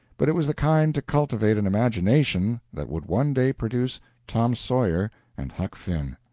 but it was the kind to cultivate an imagination that would one day produce tom sawyer and huck finn.